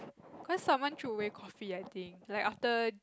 cause someone threw away coffee I think after like after